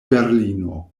berlino